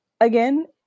again